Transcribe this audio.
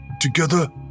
together